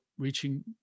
reaching